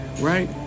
Right